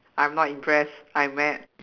I'm not impressed I'm mad